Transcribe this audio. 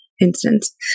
instance